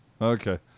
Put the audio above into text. Okay